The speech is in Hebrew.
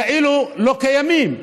כאילו הם לא קיימים.